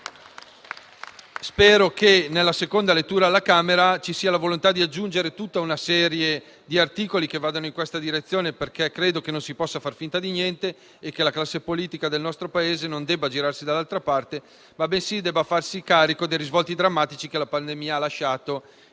Spero che nella seconda lettura alla Camera ci sia la volontà di aggiungere tutta una serie di articoli che vanno in questa direzione, perché non si può far finta di niente e la classe politica del nostro Paese non deve girarsi dall'altra parte, bensì farsi carico dei risvolti drammatici che la pandemia ha lasciato